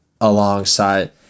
alongside